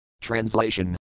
Translation